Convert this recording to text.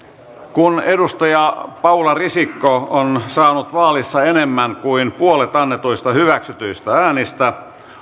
kun edustaja paula risikko on saanut vaalissa enemmän kuin puolet annetuista hyväksytyistä äänistä